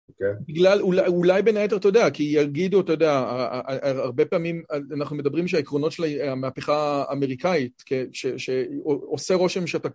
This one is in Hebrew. אולי בין היתר אתה יודע כי גידו אתה יודע הרבה פעמים אנחנו מדברים שהעקרונות של המהפכה האמריקאית שעושה רושם